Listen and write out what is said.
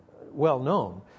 well-known